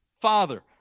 Father